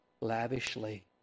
lavishly